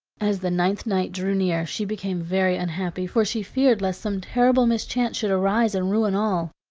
as the ninth night drew near she became very unhappy, for she feared lest some terrible mischance should arise and ruin all.